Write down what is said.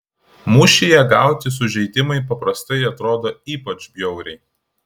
mūšyje gauti sužeidimai paprastai atrodo ypač bjauriai